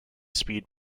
speed